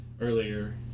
earlier